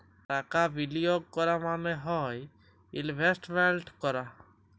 টাকা বিলিয়গ ক্যরা মালে হ্যয় ইলভেস্টমেল্ট ক্যরা